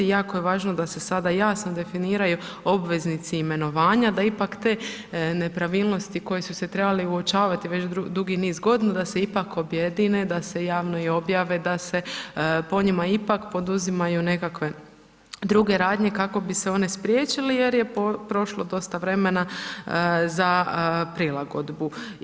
I jako je važno da se sada jasno definiraju obveznici i imenovanja da ipak te nepravilnosti koje su se trebale uočavati već dugi niz godina da se ipak objedine, da se javno i objave, da se po njima ipak poduzimaju nekakve druge radnje kako bi se one spriječile jer je prošlo dosta vremena za prilagodbu.